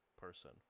person